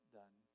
done